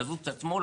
תזוז קצת שמאלה,